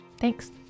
Thanks